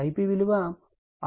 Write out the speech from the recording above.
Ip విలువ 6